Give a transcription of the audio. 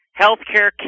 healthcare